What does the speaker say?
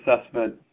assessment